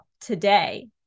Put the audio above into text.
Today